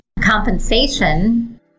compensation